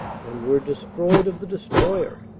and were destroyed of the destroyer.